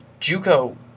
JUCO